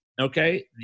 Okay